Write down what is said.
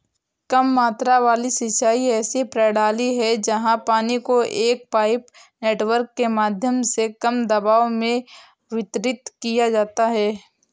कम मात्रा वाली सिंचाई ऐसी प्रणाली है जहाँ पानी को एक पाइप नेटवर्क के माध्यम से कम दबाव में वितरित किया जाता है